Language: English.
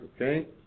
okay